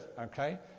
okay